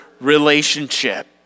relationship